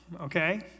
okay